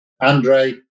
Andre